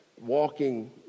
walking